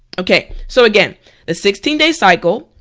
okay so again the sixteen day cycle,